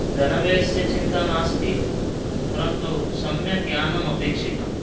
धनव्ययस्य चिन्ता नास्ति परन्तु सम्यक् यानम् अपेक्षितम्